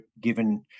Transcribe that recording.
given